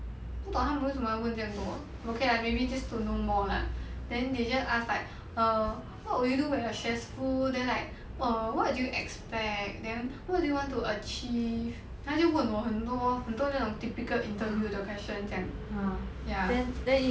不懂他们为什么要问这样多的 okay lah maybe just to know more lah then they just ask like err what would you do when you are stressful then like err what do you expect then what do you want to achieve then 他就问我很多很多那种 typical interview the questions 这样